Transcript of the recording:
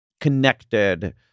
connected